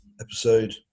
episode